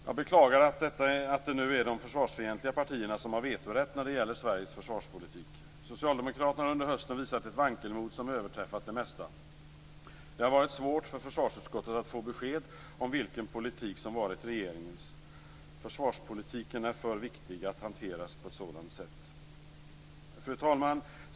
Jag beklagar att det nu är de försvarsfientliga partierna som har vetorätt när det gäller Sveriges försvarspolitik. Socialdemokraterna har under hösten visat ett vankelmod som överträffat det mesta. Det har varit svårt för försvarsutskottet att få besked om vilken politik som varit regeringens. Försvarspolitiken är för viktig för att hanteras på ett sådant sätt. Fru talman!